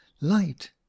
light